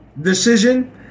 decision